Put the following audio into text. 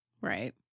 right